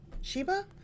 Sheba